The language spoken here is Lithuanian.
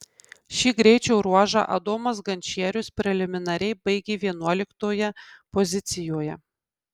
šį greičio ruožą adomas gančierius preliminariai baigė vienuoliktoje pozicijoje